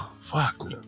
fuck